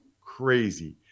crazy